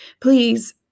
Please